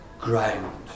ground